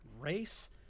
race